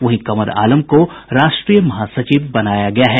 वहीं कमर आलम को राष्ट्रीय महासचिव बनाया गया है